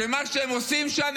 שמה שהם עושים שם,